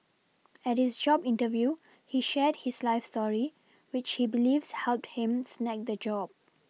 at his job interview he shared his life story which he believes helped him snag the job